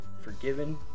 forgiven